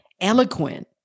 eloquent